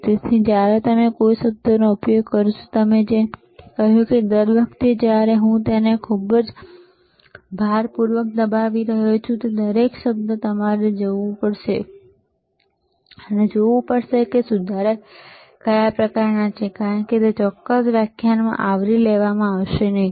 તેથી જ્યારે હું કોઈ શબ્દનો ઉપયોગ કરું છું જેમ કે મેં કહ્યું દર વખતે જ્યારે હું તેને ખૂબ જ ભારપૂર્વક દબાવી રહ્યો છું અને દરેક શબ્દ તમારે જવું પડશે અને જોવું પડશે કે સુધારક કયા પ્રકારનાં છે કારણ કે તે આ ચોક્કસ વ્યાખ્યાનમાં આવરી લેવામાં આવશે નહીં